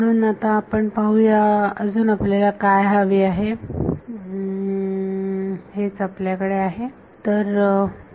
म्हणून आपण पाहूया अजून आपल्याला काय हवे आहे हेच आपल्याकडे आहे